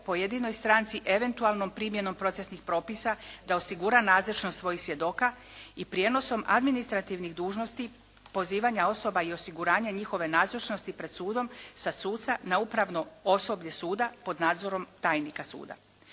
pojedinoj stranci eventualnom primjenom procesnih propisa da osigura nazočnost svojih svjedoka i prijenosom administrativnih pozivanja osoba i osiguranja njihove nazočnosti pred sudom sa suca na upravno osoblje suda pod nadzorom tajnika suda.